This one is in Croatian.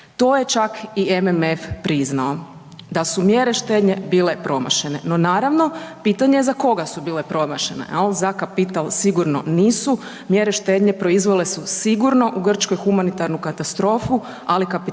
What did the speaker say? To je čak i MMF priznao da su mjere štednje bile promašene. No naravno pitanje za koga su bile promašene, jel za kapital sigurno nisu, mjere štednje proizvele su sigurno u Grčkoj humanitarnu katastrofu, ali kapitalu to nije